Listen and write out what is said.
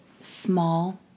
small